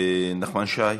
נחמן שי.